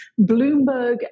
Bloomberg